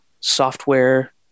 software